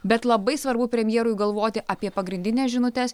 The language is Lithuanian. bet labai svarbu premjerui galvoti apie pagrindines žinutes